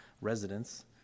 residents